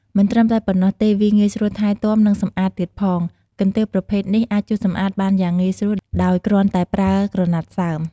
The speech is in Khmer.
មិនត្រឹមតែប៉ុណ្ណោះទេ វាងាយស្រួលថែទាំ និងសម្អាតទៀតផង កន្ទេលប្រភេទនេះអាចជូតសម្អាតបានយ៉ាងងាយស្រួល ដោយគ្រាន់តែប្រើក្រណាត់សើម។